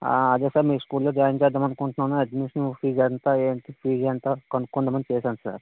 ఆ అదే సార్ మీ స్కూల్లో జాయిన్ చేద్దాం అనుకుంటున్నాను అడ్మిషన్ ఫీజు ఎంత ఏంటి ఫీజ్ ఎంత కనుక్కుందామని చేశాను సార్